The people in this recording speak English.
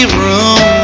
room